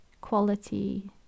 quality